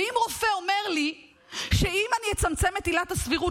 ואם רופא אומר לי שאם אני אצמצם את עילת הסבירות,